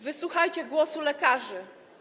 Wysłuchajcie głosu lekarzy.